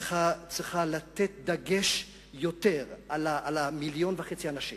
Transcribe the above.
צריכה לתת דגש יותר על מיליון וחצי האנשים